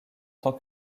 tant